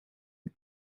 you